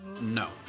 No